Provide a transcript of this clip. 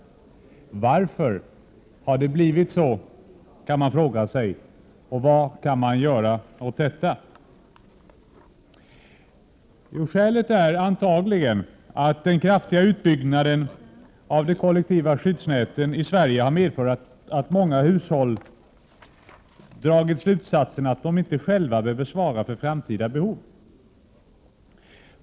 Man kan fråga sig varför det har blivit så och vad man kan göra åt det. Skälet till att denna situation har uppstått är antagligen att den kraftiga utbyggnaden av de kollektiva skyddsnäten i Sverige har medfört att många enskilda hushåll dragit slutsatsen att de inte själva behöver svara för framtida behov.